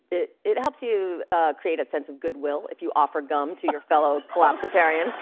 it it helps you create a sense of goodwill if you offer gum to your fellow collapsitarian.